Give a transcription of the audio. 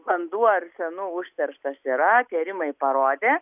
vanduo arsenu užterštas yra tyrimai parodė